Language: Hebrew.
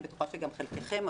אני בטוחה שגם חלקכם,